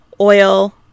oil